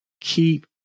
Keep